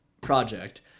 project